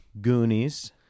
Goonies